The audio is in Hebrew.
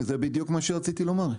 זה בדיוק מה שרציתי לומר,